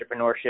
entrepreneurship